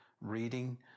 reading